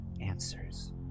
answers